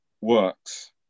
works